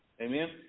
Amen